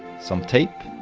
some tape,